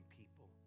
people